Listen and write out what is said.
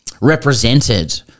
represented